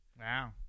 Wow